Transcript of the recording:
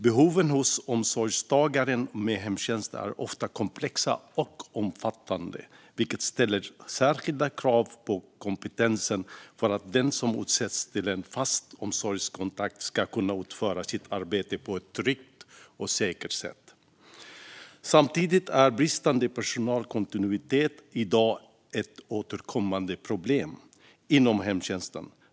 Behoven hos omsorgstagare med hemtjänst är ofta komplexa och omfattande, vilket ställer särskilda krav på kompetensen för att den som utses till en fast omsorgskontakt ska kunna utföra sitt arbete på ett tryggt och säkert sätt. Samtidigt är bristande personalkontinuitet i dag ett återkommande problem inom hemtjänsten.